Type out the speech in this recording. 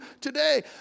today